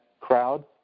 crowd